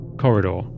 corridor